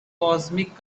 cosmic